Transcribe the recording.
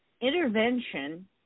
intervention